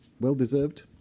well-deserved